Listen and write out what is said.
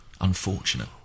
unfortunate